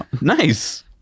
Nice